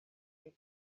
they